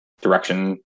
direction